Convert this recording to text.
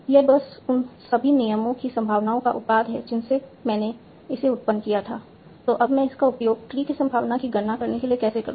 यह बस उन सभी नियमों की संभावनाओं का उत्पाद है जिनसे मैंने इसे उत्पन्न किया था तो अब मैं उसका उपयोग ट्री की संभावना की गणना करने के लिए कैसे करूं